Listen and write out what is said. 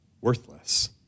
worthless